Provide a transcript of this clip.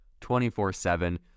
24-7